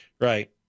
Right